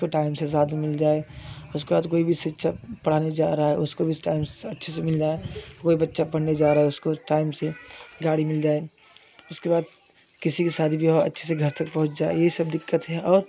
उसको टाइम से साधन मिल जाए उसके बाद कोई भी शिक्षक पढ़ाने जा रहा है उसको भी टाइम से अच्छे से मिल जाए कोई बच्चा पढ़ने जा रहा है उसको टाइम से गाड़ी मिल जाए उसके बाद किसी की शादी विवाह अच्छे से घर तक पहुँच जाएगी तब दिक्कत है और